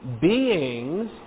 beings